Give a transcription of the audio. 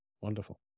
Wonderful